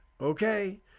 Okay